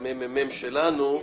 מהממ"מ שלנו,